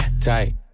tight